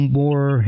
more